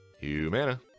Humana